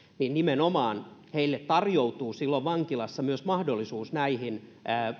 niin nimenomaan heille tarjoutuu silloin vankilassa myös mahdollisuus näihin